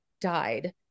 died